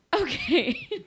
Okay